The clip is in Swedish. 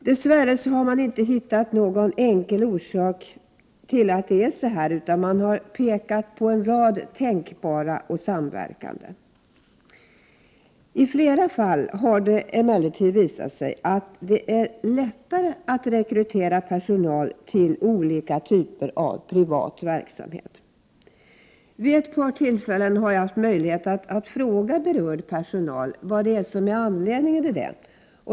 Dess värre har man inte hittat någon enkel orsak till att det är så här, utan man har pekat på en rad tänkbara och samverkande orsaker. I flera fall har det emellertid visat sig att det är lättare att rekrytera personal till olika typer av privat verksamhet. Jag har vid ett par tillfällen haft möjlighet att fråga berörd personal vad som är anledningen till det.